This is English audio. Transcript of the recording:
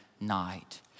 night